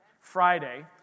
Friday